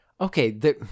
Okay